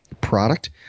Product